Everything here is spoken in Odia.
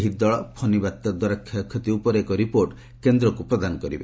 ଏହି ଦଳ ଫନୀ ବାତ୍ୟାଦ୍ୱାରା କ୍ଷୟକ୍ଷତି ଉପରେ ଏକ ରିପୋର୍ଟ କେନ୍ଦ୍ରକୁ ପ୍ରଦାନ କରିବ